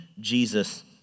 Jesus